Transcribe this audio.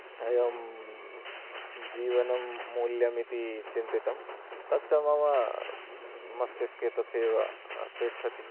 एवं जीवनं मूल्यमिति चिन्तितं तच्च मम मस्तिस्के तथैव तिष्ठति